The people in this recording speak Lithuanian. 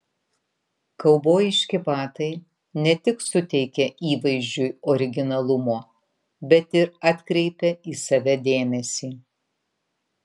kaubojiški batai ne tik suteikia įvaizdžiui originalumo bet ir atkreipia į save dėmesį